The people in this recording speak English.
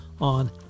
on